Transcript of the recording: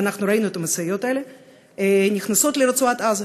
ואנחנו ראינו את המשאיות האלה נכנסות לרצועת עזה?